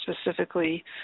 specifically